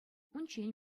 унччен